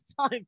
time